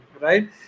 right